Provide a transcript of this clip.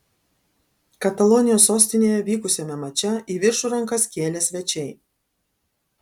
katalonijos sostinėje vykusiame mače į viršų rankas kėlė svečiai